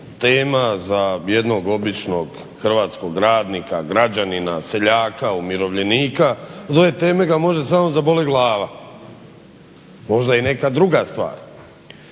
tema za jednog običnog hrvatskog radnika, građanina, seljaka, umirovljenika. Od ove teme ga može samo zabolit glava, možda i neka druga stvar.